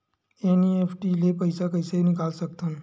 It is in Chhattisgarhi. एन.ई.एफ.टी ले पईसा कइसे निकाल सकत हन?